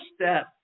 step